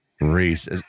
Reese